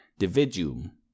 dividuum